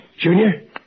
Junior